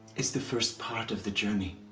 is the first part of the journey.